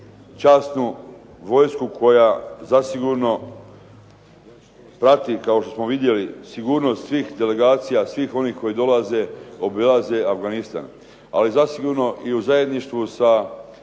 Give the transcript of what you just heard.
časnu vojsku koja zasigurno prati, kao što smo vidjeli sigurnost svih delegacija, svih onih koji dolaze, obilaze Afganistan. Ali zasigurno i u zajedništvu sa